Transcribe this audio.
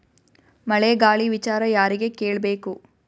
ಮಳೆ ಗಾಳಿ ವಿಚಾರ ಯಾರಿಗೆ ಕೇಳ್ ಬೇಕು?